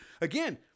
again